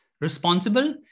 responsible